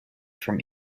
from